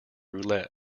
roulette